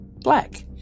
black